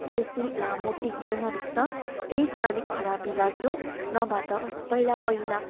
बेसी लामो टिक्दैन रहेछ त्यही चाहिँ अलिक खराबी लाग्यो नभए त पहिला पहिला